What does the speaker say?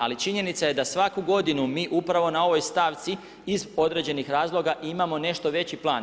Ali činjenica je da svaku godinu mi upravo na ovoj stavci iz određenih razloga imamo nešto veći plan.